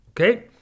Okay